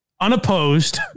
unopposed